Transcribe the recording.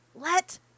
let